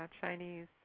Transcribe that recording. Chinese